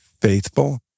faithful